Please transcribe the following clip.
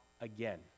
again